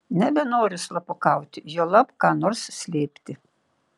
nebenoriu slapukauti juolab ką nors slėpti